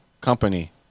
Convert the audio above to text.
company